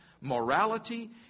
Morality